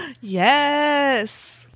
yes